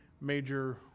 major